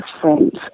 friends